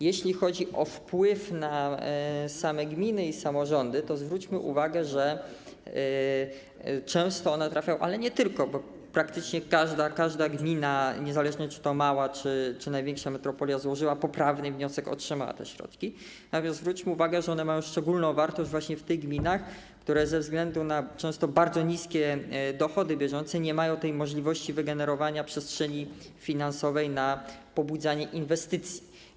Jeśli chodzi o wpływ na same gminy i samorządy, to zwróćmy uwagę, że często one trafiają - ale nie tylko, bo praktycznie każda gmina, niezależnie czy mała, czy największa metropolia złożyła poprawny wniosek, otrzymała te środki - zwróćmy uwagę, że one mają szczególną wartość właśnie w tych gminach, które ze względu na często bardzo niskie dochody bieżące nie mają tej możliwości wygenerowania przestrzeni finansowej na pobudzanie inwestycji.